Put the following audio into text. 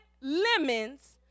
lemons